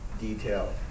detail